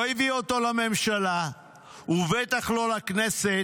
לא הביא אותו לממשלה ובטח לא לכנסת